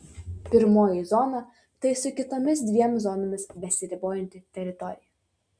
pirmoji zona tai su kitomis dviem zonomis besiribojanti teritorija